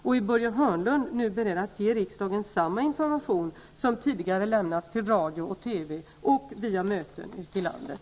Är Börje Hörnlund nu beredd att ge riksdagen samma information som tidigare har lämnats till radio och TV och på möten ute i landet?